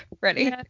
ready